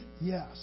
Yes